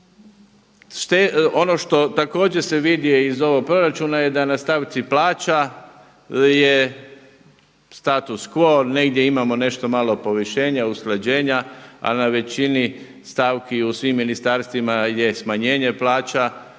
Ono što također se vidi iz ovog proračuna je da na stavci plaća je status quo, negdje imamo nešto malo povišenje, usklađenja, a na većini stavki u svim ministarstvima je smanjenje plaća